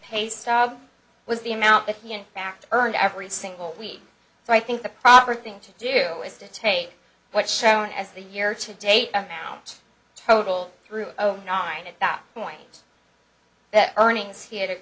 stub was the amount that he in fact earned every single week so i think the proper thing to do is to take what's shown as the year to date amount total through knowing at that point that earnings he had to